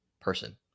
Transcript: person